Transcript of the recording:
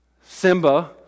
Simba